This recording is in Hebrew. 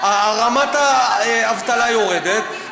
רמת האבטלה יורדת,